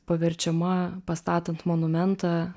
paverčiama pastatant monumentą